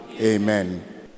Amen